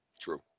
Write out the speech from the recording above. True